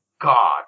God